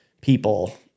people